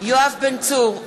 יואב בן צור,